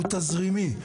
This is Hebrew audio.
הוא תזרימי.